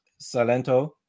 Salento